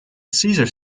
cesar